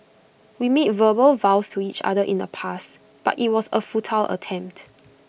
we made verbal vows to each other in the past but IT was A futile attempt